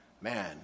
Man